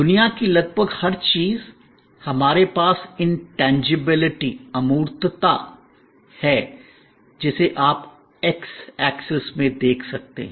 दुनिया की लगभग हर चीज हमारे पास इंटेनजिबिलिटी अमूर्तता है जिसे आप एक्स एक्सिस में देख सकते हैं